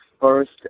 first